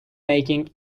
making